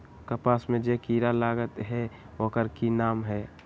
कपास में जे किरा लागत है ओकर कि नाम है?